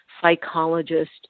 psychologist